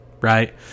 right